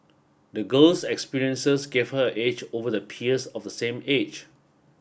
the girl's experiences gave her edge over the peers of the same age